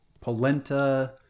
polenta